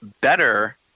better